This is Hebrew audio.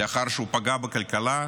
לאחר שהוא פגע בכלכלה,